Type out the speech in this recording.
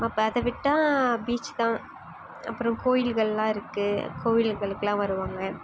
அப்புறம் அதை விட்டால் பீச் தான் அப்புறம் கோவில்கள்லாம் இருக்குது கோவில்களுக்கெல்லாம் வருவாங்க